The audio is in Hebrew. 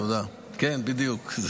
כן, בדיוק.